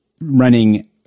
running